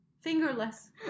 fingerless